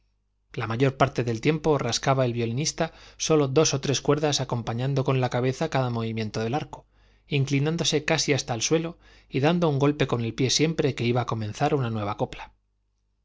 la mayor parte del tiempo rascaba el violinista sólo dos o tres cuerdas acompañando con la cabeza cada movimiento del arco inclinándose casi hasta el suelo y dando un golpe con el pie siempre que iba a comenzar una nueva copla